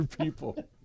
people